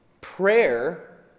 prayer